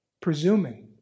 Presuming